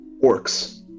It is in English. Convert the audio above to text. orcs